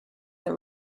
that